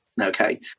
okay